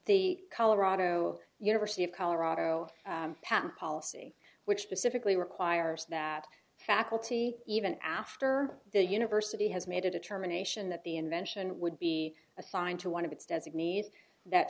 the colorado university of colorado patent policy which specifically requires that faculty even after the university has made a determination that the invention would be assigned to one of its designees that